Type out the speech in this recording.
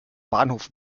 bahnhof